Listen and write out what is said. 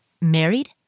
married